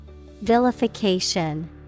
Vilification